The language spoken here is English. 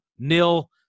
Nil